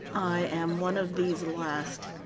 i am one of these last.